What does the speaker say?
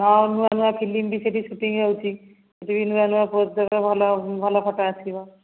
ଆଉ ନୂଆଁ ନୂଆଁ ଫିଲ୍ମ ବି ସେଠି ସୁଟିଂ ହେଉଛି ସେଠି ବି ନୂଆଁ ନୂଆଁ ପୋଜ୍ ଦେଲେ ଭଲ ଫୋଟୋ ଆସିବ